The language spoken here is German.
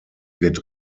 wird